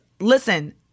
listen